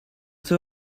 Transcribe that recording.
two